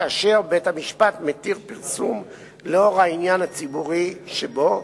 כאשר בית-המשפט מתיר פרסום לאור העניין הציבורי שבו,